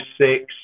six